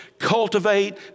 Cultivate